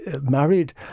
married